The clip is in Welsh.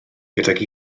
gydag